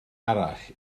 arall